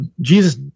Jesus